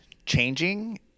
changing